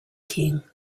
king